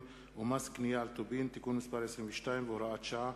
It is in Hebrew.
ומס קנייה על טובין (תיקון מס' 22 והוראת שעה),